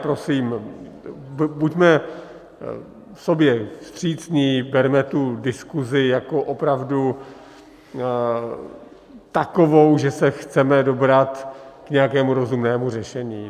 Prosím, buďme k sobě vstřícní, berme tu diskuzi jako opravdu takovou, že se chceme dobrat k nějakému rozumnému řešení.